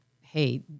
hey